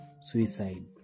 Suicide